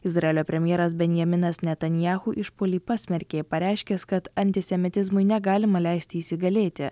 izraelio premjeras benjaminas netanjahu išpuolį pasmerkė pareiškęs kad antisemitizmui negalima leisti įsigalėti